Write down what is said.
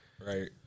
Right